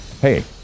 Hey